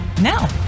Now